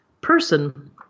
person